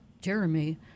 Jeremy